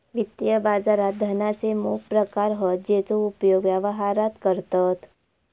वित्तीय बाजारात धनाचे मोप प्रकार हत जेचो उपयोग व्यवहारात करतत